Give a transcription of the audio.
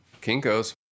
Kinko's